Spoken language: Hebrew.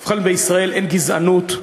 ובכן, בישראל אין גזענות,